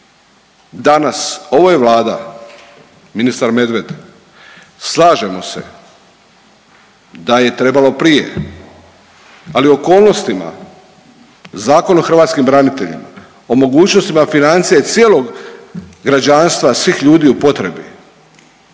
Danas ovo je Vlada, ministar Medved. Slažemo se da je trebalo prije, ali u okolnostima Zakon o hrvatskim braniteljima, o mogućnostima financija i cijelog građanstva, svih ljudi u potrebi